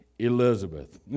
Elizabeth